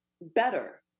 Better